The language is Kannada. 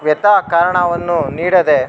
ವೃಥಾ ಕಾರಣವನ್ನು ನೀಡದೆ